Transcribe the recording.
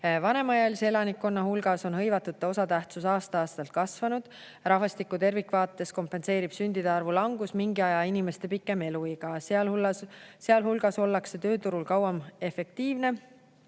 Vanemaealise elanikkonna hulgas on hõivatute osatähtsus aasta-aastalt kasvanud. Rahvastiku tervikvaates kompenseerib sündide arvu languse mingi aja jooksul inimeste pikem eluiga, sealhulgas ollakse tööturul kauem efektiivne,